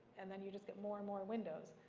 and then you just get more and more windows,